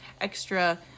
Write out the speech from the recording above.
extra